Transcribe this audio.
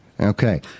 Okay